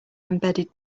embedded